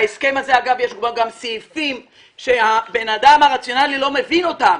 בהסכם הזה יש גם סעיפים שהבן אדם הרציונלי לא מבין אותם.